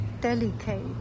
delicate